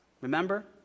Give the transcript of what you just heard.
Remember